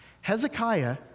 Hezekiah